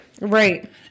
Right